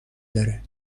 داره